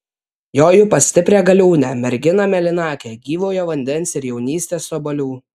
joju pas stiprią galiūnę merginą mėlynakę gyvojo vandens ir jaunystės obuolių